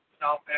South